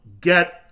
get